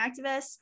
activists